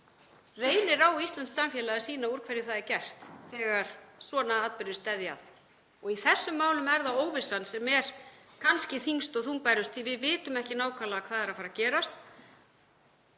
reynir á íslenskt samfélag að sýna úr hverju það er gert þegar svona atburðir steðja að og í þessum málum er það óvissan sem er kannski þyngst og þungbærust því að við vitum ekki nákvæmlega hvað er að fara að gerast.